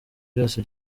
byose